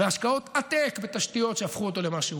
והשקעות עתק בתשתיות, שהפכו אותו למה שהוא.